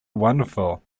wonderful